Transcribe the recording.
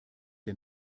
der